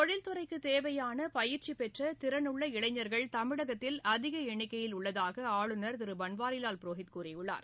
தொழில்துறைக்குத் தேவையான பயிற்சிபெற்ற திறனுள்ள இளைஞர்கள் தமிழகத்தில் அதிக எண்ணிக்கையில் உள்ளதாக ஆளுநர் திரு பன்வாரிலால் புரோஹித் கூறியுள்ளார்